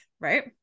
Right